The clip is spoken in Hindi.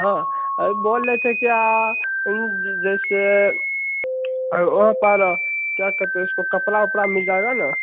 हाँ बोल रहे थे क्या ज जैसे वहाँ पर क्या कहते हैं उसको कपड़ा वपड़ा मिल जाएगा न